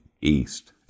east